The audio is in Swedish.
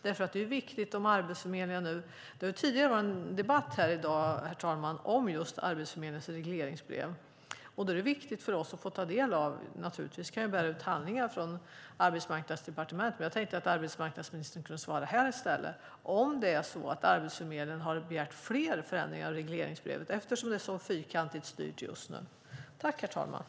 Det var tidigare i dag en debatt, herr talman, om just Arbetsförmedlingens regleringsbrev. Det är viktigt för oss att få ta del av det. Naturligtvis kan jag begära ut handlingar från Arbetsmarknadsdepartementet, men jag tänkte att arbetsmarknadsministern kunde svara här i stället om Arbetsförmedlingen har begärt fler förändringar i regleringsbrevet eftersom det är så fyrkantigt styrt just nu.